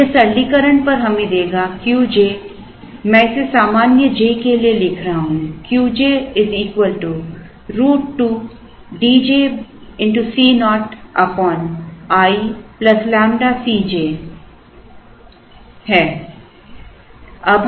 अब यह सरलीकरण पर हमें देगा Qj मैं इसे सामान्य j के लिए लिख रहा हूं Qj √2 D j Co i ƛ C j में है